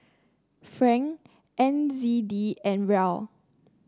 franc N Z D and Riel